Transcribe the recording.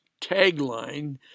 tagline